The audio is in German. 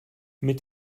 mit